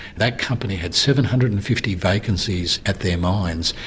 that company had seven hundred and fifty vacancies at their mines.